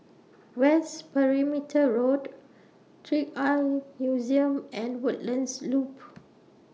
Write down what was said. West Perimeter Road Trick Eye Museum and Woodlands Loop